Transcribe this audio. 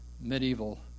medieval